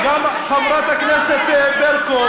וגם לחברת הכנסת ברקו,